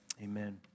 Amen